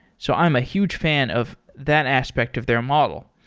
so i'm a huge fan of that aspect of their model.